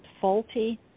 faulty